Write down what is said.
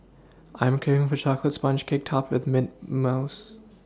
I'm craving for a chocolate sponge cake topped with mint mousse